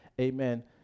Amen